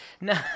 No